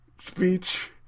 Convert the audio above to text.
speech